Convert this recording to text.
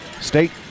state